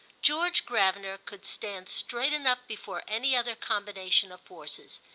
george gravener could stand straight enough before any other combination of forces.